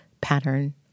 pattern